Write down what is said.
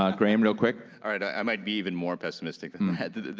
um graeme, real quick. alright, i might be even more pessimistic than that.